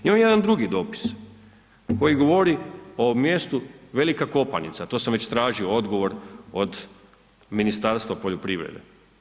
Imam i jedan drugi dopis koji govori o mjestu Velika Kopanica, to sam već tražio odgovor od Ministarstva poljoprivrede.